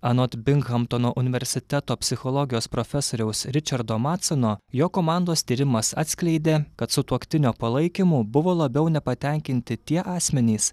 anot binghamtono universiteto psichologijos profesoriaus ričardo matsono jo komandos tyrimas atskleidė kad sutuoktinio palaikymu buvo labiau nepatenkinti tie asmenys